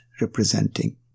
representing